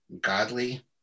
godly